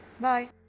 Bye